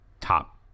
top